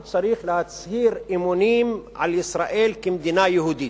הוא צריך להצהיר אמונים לישראל כמדינה יהודית.